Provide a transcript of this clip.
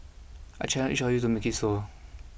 I challenge each of you to make it so